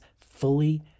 fully